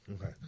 Okay